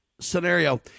scenario